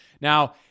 now